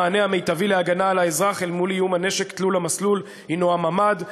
המענה המיטבי להגנה על האזרח אל מול איום הנשק תלול-המסלול הוא הממ"ד,